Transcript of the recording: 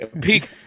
Peak